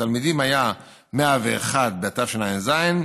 תלמידים היו 101 בתשע"ז,